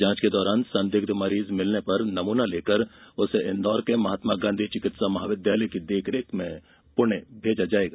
जांच के दौरान संदिग्ध मरीज मिलने पर नमूना लेकर इंदौर के महात्मा गांधी चिकित्सा महाविद्यालय की देखरेख में पुणे भेजा जाएगा